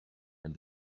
and